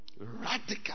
Radical